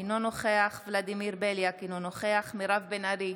אינו נוכח ולדימיר בליאק, אינו נוכח מירב בן ארי,